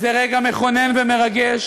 זה רגע מכונן ומרגש.